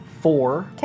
four